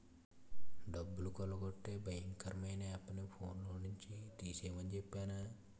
డబ్బులు కొల్లగొట్టే భయంకరమైన యాపుని ఫోన్లో నుండి తీసిమని చెప్పేనా